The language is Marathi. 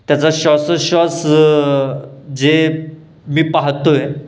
त्याचा श्वासोच्छवास जे मी पाहतो आहे